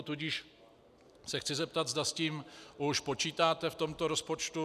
Tudíž se chci zeptat, zda s tím už počítáte v tomto rozpočtu.